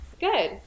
good